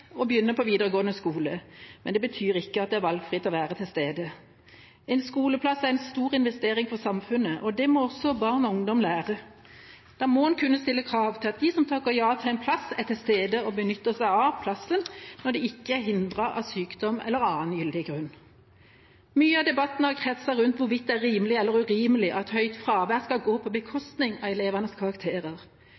å begynne på videregående skole, men det betyr ikke at det er valgfritt å være til stede. En skoleplass er en stor investering for samfunnet, og det må også barn og ungdom lære. Da må en kunne stille krav til at de som takker ja til en plass, er til stede og benytter seg av plassen når de ikke er hindret av sykdom eller annen gyldig grunn. Mye av debatten har kretset rundt hvorvidt det er rimelig eller urimelig at høyt fravær skal gå på